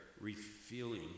refueling